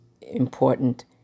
important